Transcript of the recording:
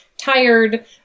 Tired